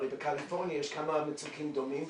הרי בקליפורניה יש כמה מצוקים דומים,